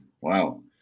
Wow